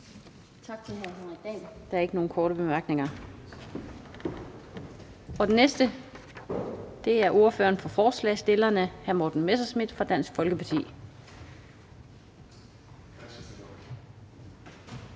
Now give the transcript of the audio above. Tak til hr. Henrik Dahl. Der er ikke nogen korte bemærkninger. Den næste er ordføreren for forslagsstillerne, hr. Morten Messerschmidt fra Dansk Folkeparti.